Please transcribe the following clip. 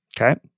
Okay